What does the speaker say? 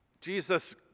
Jesus